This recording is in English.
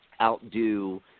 outdo